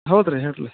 ಹೌದು ರೀ ಹೇಳಿ ರಿ